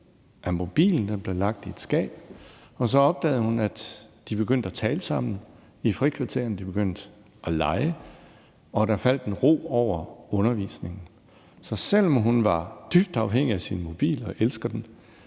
af mobilen – den blev lagt i et skab – og så opdagede hun, at de begyndte at tale sammen i frikvartererne. De begyndte at lege. Og der faldt en ro over undervisningen. Så selv om hun var dybt afhængig af sin mobil og elsker den,